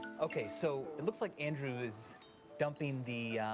okay, so it looks like andrew is dumping the,